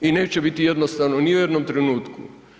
I neće biti jednostavno ni u jednom trenutku.